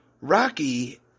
Rocky